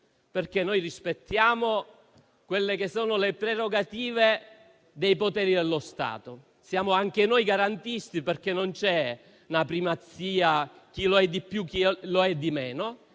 perché noi rispettiamo le prerogative dei poteri dello Stato: siamo anche noi garantisti, perché non c'è una primazia tra chi lo è di più e chi lo è di meno.